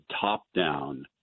top-down